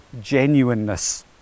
genuineness